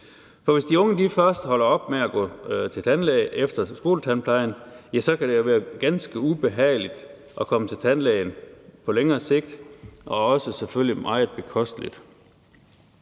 For hvis de unge først holder op med at gå til tandlæge efter skoletandplejen, ja, så kan det jo være ganske ubehageligt at komme til tandlæge på længere sigt og selvfølgelig også meget bekosteligt.